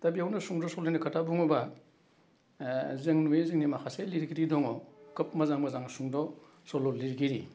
दा बेयावनो सुंद' सल'नि खोथा बुङोबा जों नुयो जोंनि माखासे लिरगिरि दङ खोब मोजां मोजां सुंद' सल' लिरगिरि